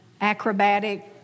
acrobatic